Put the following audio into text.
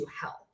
help